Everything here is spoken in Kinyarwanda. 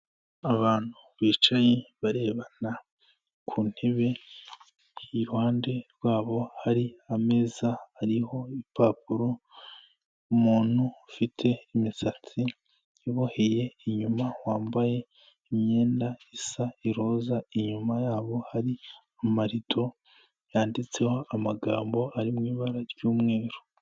Abantu bicaye barebana ku ntebe, iruhande rwabo hari ameza ariho ibipapuro, umuntu ufite imisatsi iboheye inyuma wambaye imyenda isa iroza, inyuma yabo hari amarito yanditseho amagambo ari mu ibara ry'umweru.